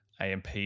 AMP